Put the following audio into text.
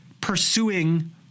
pursuing